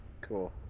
Cool